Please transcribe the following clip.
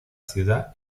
ciudad